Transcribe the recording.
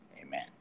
amen